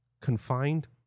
confined